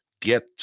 get